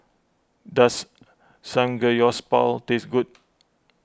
does Samgeyopsal taste good